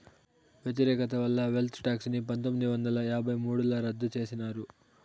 వ్యతిరేకత వల్ల wealth tax ని పందొమ్మిది వందల యాభై మూడుల రద్దు చేసినారు